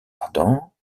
ardents